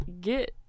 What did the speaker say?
get